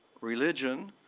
religion,